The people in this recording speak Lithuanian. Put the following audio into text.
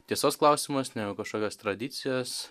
tiesos klausimas negu kažkokios tradicijos